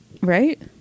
Right